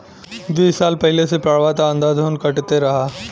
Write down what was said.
बीस साल पहिले से पेड़वा त अंधाधुन कटते रहल